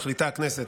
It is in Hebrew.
מחליטה הכנסת,